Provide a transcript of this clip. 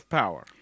power